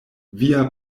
via